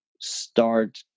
start